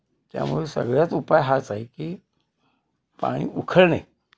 त्यामुळे सगळ्यात उपाय हाच आहे की पाणी उकळणे